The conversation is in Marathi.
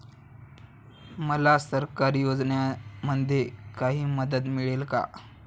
मला सरकारी योजनेमध्ये काही मदत मिळेल का?